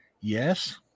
yes